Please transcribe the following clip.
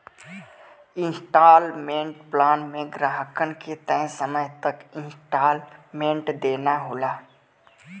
instalment plan में ग्राहकन के तय समय तक इन्सटॉलमेंट देना होला